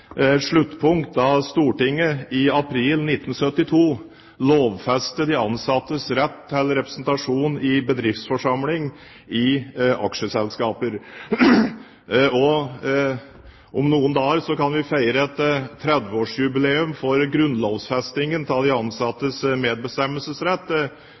sluttpunkt da Stortinget i april 1972 lovfestet de ansattes rett til representasjon i bedriftsforsamlingen i aksjeselskaper. Og om noen dager kan vi feire 30-årsjubileum for grunnlovsfestingen av de